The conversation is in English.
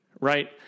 right